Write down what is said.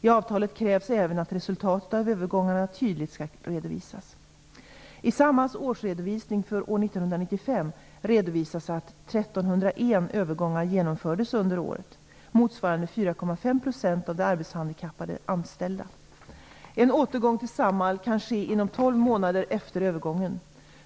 I avtalet krävs även att resultatet av övergångarna tydligt skall redovisas. I Samhalls årsredovisning för år 1995 redovisas att 1 301 övergångar genomförts under året, motsvarande 4,5 % av de arbetshandikappade anställda. En återgång till Samhall kan ske inom 12 månader efter övergången.